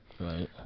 right